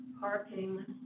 parking